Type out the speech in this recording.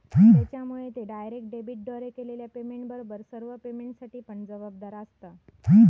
त्येच्यामुळे ते डायरेक्ट डेबिटद्वारे केलेल्या पेमेंटबरोबर सर्व पेमेंटसाठी पण जबाबदार आसंत